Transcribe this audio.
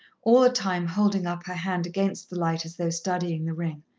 all the time holding up her hand against the light as though studying the ring.